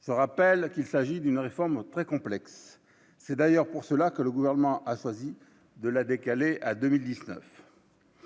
se rappelle qu'il s'agit d'une réforme très complexe, c'est d'ailleurs pour cela que le gouvernement a choisi de la décalé à 2010.